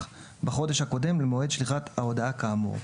בחודש הקודם למועד שליחת ההודעה כאמור.